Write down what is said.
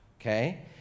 Okay